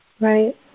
Right